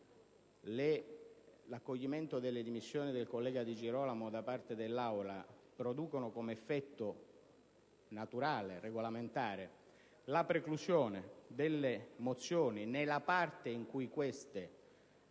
l'accoglimento delle dimissioni del collega Di Girolamo da parte dell'Assemblea produce come effetto naturale e regolamentare la preclusione delle mozioni nella parte in cui queste